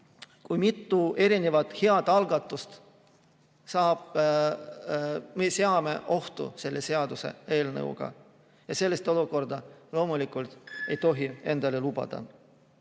kui mitu erinevat head algatust me seame ohtu selle seaduseelnõuga. Ja sellist olukorda me loomulikult ei tohi lubada